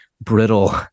brittle